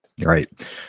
Right